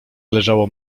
leżało